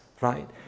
right